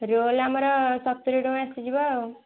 roll ଆମର ସତୁରି ଟଙ୍କା ଆସିଯିବ ଆଉ